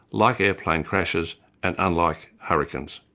like airplane crashes and unlike hurricanes.